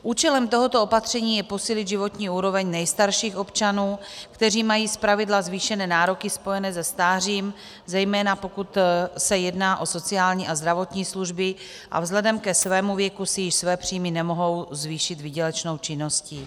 Účelem tohoto opatření je posílit životní úroveň nejstarších občanů, kteří mají zpravidla zvýšené nároky spojené se stářím, zejména pokud se jedná o sociální a zdravotní služby, a vzhledem ke svému věku si již své příjmy nemohou zvýšit výdělečnou činností.